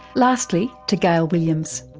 lastly to gail williams.